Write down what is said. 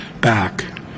back